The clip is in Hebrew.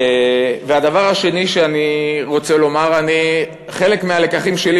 והדבר השני שאני רוצה לומר: חלק מהלקחים שלי,